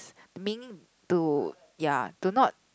I mean to ya to not